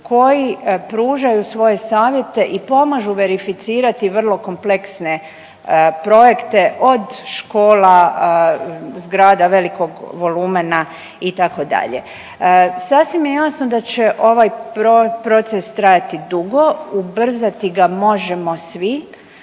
koji pružaju svoje savjete i pomažu verificirati vrlo kompleksne projekte od škola, zgrada velikog volumena itd.. Sasvim je jasno da će ovaj proces trajati dugo, ubrzati ga možemo svi